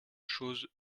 chose